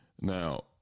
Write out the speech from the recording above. Now